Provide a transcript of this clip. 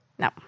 No